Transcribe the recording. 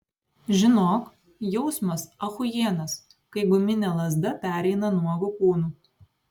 žinok jausmas achujienas kai guminė lazda pereina nuogu kūnu